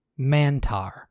Mantar